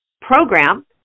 program